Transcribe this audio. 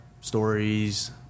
stories